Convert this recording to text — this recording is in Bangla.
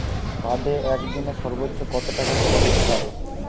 কার্ডে একদিনে সর্বোচ্চ কত টাকা তোলা যেতে পারে?